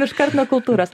iškart nuo kultūros